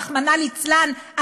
רחמנא ליצלן,